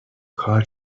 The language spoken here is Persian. کار